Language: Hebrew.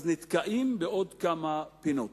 נתקעים בעוד כמה פינות.